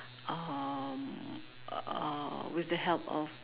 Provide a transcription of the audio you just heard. um uh with the help of